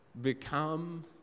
become